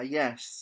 yes